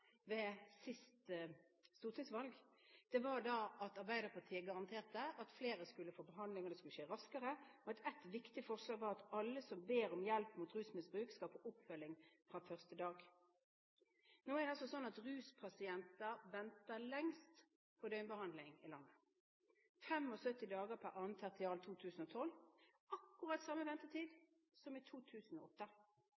ved presentasjonen av programmet ved siste stortingsvalg var at Arbeiderpartiet garanterte at flere skulle få behandling, og det skulle skje raskere. Et viktig forslag var at alle som ber om hjelp mot rusmisbruk, skal få oppfølging fra første dag. Nå er det altså sånn at ruspasienter venter lengst på døgnbehandling i landet – 75 dager per annet tertial 2012, akkurat samme ventetid